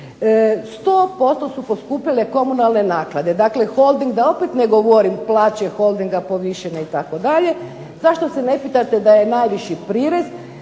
100% su poskupile komunalne naknade, dakle Holding, da opet ne govorim plaće Holdinga povišene itd., zašto se ne pitate da je najviši prirez,